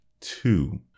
two